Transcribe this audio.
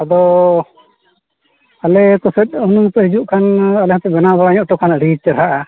ᱟᱫᱚ ᱟᱞᱮ ᱠᱚᱥᱮᱡ ᱦᱩᱱᱟᱹᱝ ᱯᱮ ᱦᱤᱡᱩᱜ ᱠᱷᱟᱱ ᱟᱞᱮ ᱦᱚᱸᱯᱮ ᱵᱮᱱᱟᱣ ᱵᱟᱲᱟ ᱧᱚᱜ ᱠᱷᱟᱱ ᱟᱹᱰᱤ ᱪᱮᱦᱨᱟᱜᱼᱟ